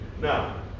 Now